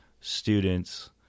students